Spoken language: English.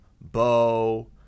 Bo